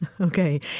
Okay